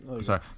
Sorry